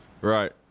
Right